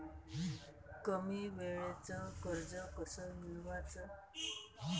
कमी वेळचं कर्ज कस मिळवाचं?